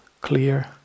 clear